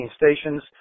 stations